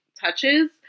touches